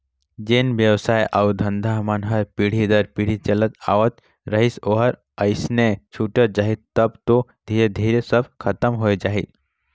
जेन बेवसाय अउ धंधा मन हर पीढ़ी दर पीढ़ी चलत आवत रहिस ओहर अइसने छूटत जाही तब तो धीरे धीरे सब खतम होए जाही